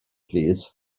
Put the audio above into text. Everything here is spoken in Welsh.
plîs